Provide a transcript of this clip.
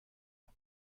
hat